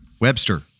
Webster